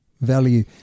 value